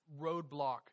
roadblock